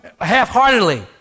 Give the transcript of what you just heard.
half-heartedly